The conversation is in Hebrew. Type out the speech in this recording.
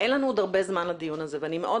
אין לנו עוד הרבה זמן לדיון הזה ואני מאוד